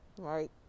right